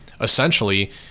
essentially